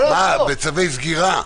בצווי סגירה?